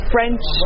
French